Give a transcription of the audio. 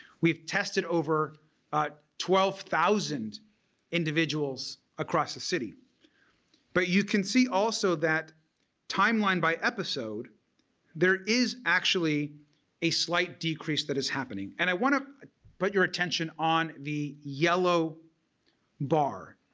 we've tested over twelve thousand individuals across the city but you can see also that time line by episode there is actually a slight decrease that is happening and i want to put ah but your attention on the yellow bar.